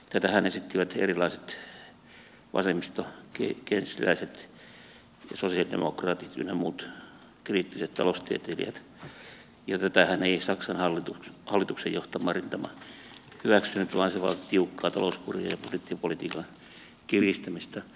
tätähän esittivät erilaiset vasemmisto keynesiläiset ja sosialidemokraatit ynnä muut kriittiset taloustieteilijät ja tätähän ei saksan hallituksen johtama rintama hyväksynyt vaan se vaati tiukkaa talouskuria ja budjettipolitiikan kiristämistä